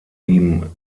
ihm